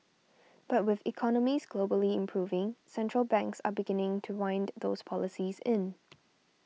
but with economies globally improving central banks are beginning to wind those policies in